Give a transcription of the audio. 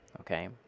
okay